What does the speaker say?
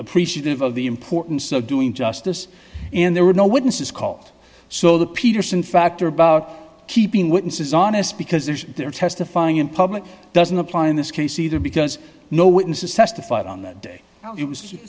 appreciative of the importance of doing justice and there were no witnesses called so the peterson factor about keeping witnesses honest because there's they're testifying in public doesn't apply in this case either because no witnesses testified on that day